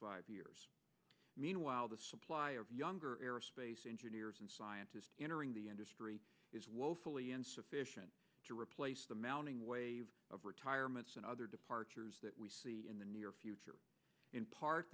five years meanwhile the supply of younger aerospace engineers and scientists entering the industry is woefully insufficient to replace the mounting wave of retirements and other departures that we see in the near future in part